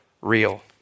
real